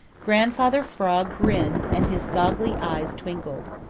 grandfather frog grinned and his goggly eyes twinkled.